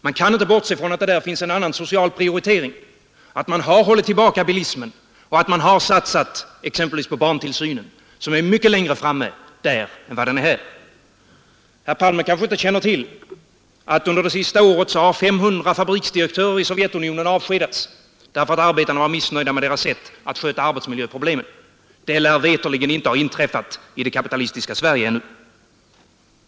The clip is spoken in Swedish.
Vi kan inte bortse ifrån att det där finns en annan social prioritering, att man hållit tillbaka bilismen och satsat exempelvis på barntillsynen, som är mycket bättre utbyggd där än här. Herr Palme kanske inte känner till att under det senaste året 500 fabriksdirektörer i Sovjetunionen har avskedats därför att arbetarna var missnöjda med deras sätt att sköta arbetsmiljöproblemen. Det lär veterligen inte ha inträffat i det kapitalistiska Sverige.